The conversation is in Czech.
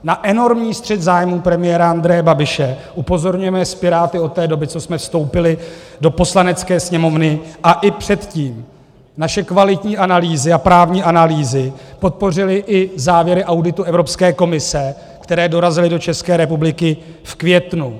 Na enormní střet zájmů premiéra Andreje Babiše upozorňujeme s Piráty od té doby, co jsme vstoupili do Poslanecké sněmovny, a i předtím naše kvalitní analýzy a právní analýzy podpořily i závěry auditu Evropské komise, které dorazily do ČR v květnu.